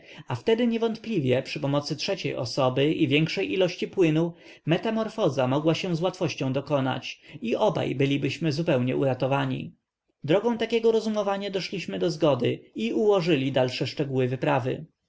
wtedy niewątpliwie przy pomocy trzeciej osoby i większej ilości płynu metamorfoza mogła się z łatwością dokonać i obaj bylibyśmy zupełnie uratowani drogą takiego rozumowania doszliśmy do zgody i ułożyli dalsze szczegóły wyprawy